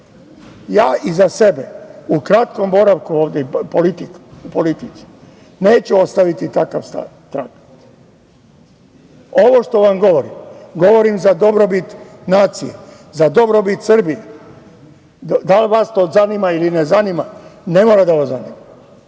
Ja iza sebe u kratkom boravku ovde u politici, neću ostaviti takav trag. Ovo što vam govorim, govorim za dobrobit nacije, za dobrobit Srbije. Da li to vas zanima ili ne zanima, ne mora da vas zanima,